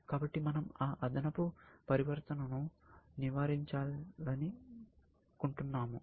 కాబట్టి మనం ఆ అదనపు పరివర్తనను నివారించాలని కుంటున్నాము